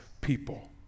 people